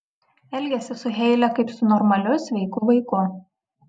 elgiasi su heile kaip su normaliu sveiku vaiku